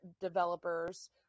developers